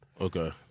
Okay